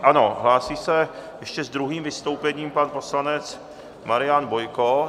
Ano, hlásí se ještě s druhým vystoupením pan poslanec Marian Bojko.